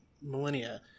millennia